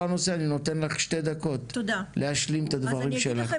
הוא אני נותן לך שתי דקות להשלים את הדברים שלך.